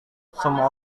semua